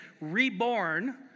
reborn